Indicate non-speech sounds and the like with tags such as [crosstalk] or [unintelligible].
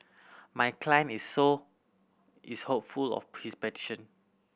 my client is so is hopeful of [unintelligible] his petition